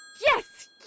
Yes